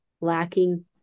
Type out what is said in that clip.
lacking